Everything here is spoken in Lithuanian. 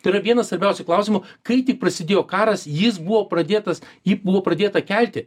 tai yra vienas svarbiausių klausimų kai tik prasidėjo karas jis buvo pradėtas jį buvo pradėta kelti